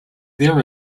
there